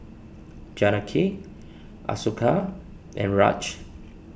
Janaki Ashoka and Raj